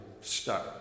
start